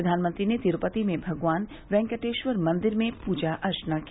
प्रधानमंत्री ने तिरुपति में भगवान वेंकटेश्वर मंदिर में पूजा अर्चना की